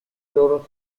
loro